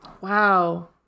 Wow